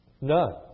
None